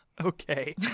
Okay